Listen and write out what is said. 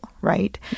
right